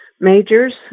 majors